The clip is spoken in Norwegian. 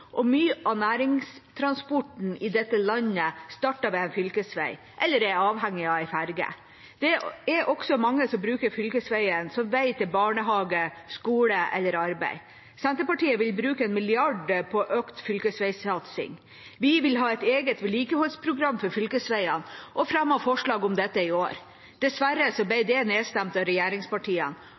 Mye av næringstransporten i dette landet starter ved en fylkesvei eller er avhengig av en ferge. Det er også mange som bruker fylkesveien som vei til barnehage, skole eller arbeid. Senterpartiet vil bruke 1 mrd. kr på økt fylkesveisatsing. Vi vil ha et eget vedlikeholdsprogram for fylkesveiene og fremmer forslag om dette i år. Dessverre ble det nedstemt av regjeringspartiene,